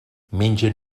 mengen